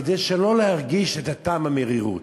כדי שלא להרגיש את טעם המרירות.